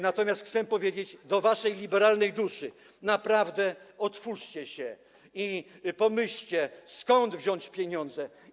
Natomiast chcę powiedzieć do waszej liberalnej duszy: naprawdę, otwórzcie się i pomyślcie, skąd wziąć pieniądze.